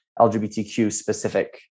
LGBTQ-specific